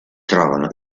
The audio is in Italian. trovano